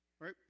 Right